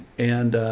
and, ah,